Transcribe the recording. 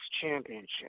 championship